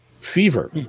fever